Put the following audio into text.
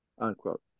unquote